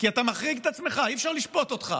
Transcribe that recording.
כי אתה מחריג את עצמך, אי-אפשר לשפוט אותך,